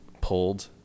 pulled